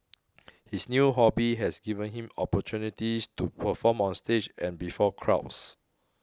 his new hobby has given him opportunities to perform on stage and before crowds